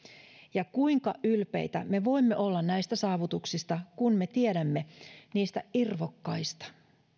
ja kuinka ylpeitä me voimme olla näistä saavutuksista kun me tiedämme niistä irvokkaista